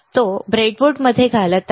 तो तो ब्रेडबोर्डमध्ये घालत आहे